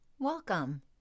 Welcome